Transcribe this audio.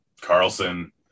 Carlson